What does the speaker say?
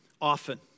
often